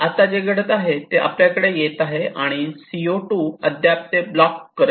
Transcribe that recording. तर आता जे घडत आहे ते आपल्याकडे येत आहे आणि सीओ 2 अद्याप ते ब्लॉक करीत आहे